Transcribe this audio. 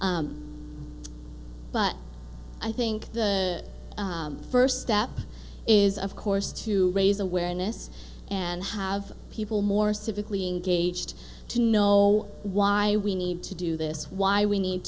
but i think the first step is of course to raise awareness and have people more civically engaged to know why we need to do this why we need